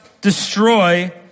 destroy